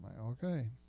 okay